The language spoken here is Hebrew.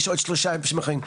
יש עוד שלושה דוברים אחרים,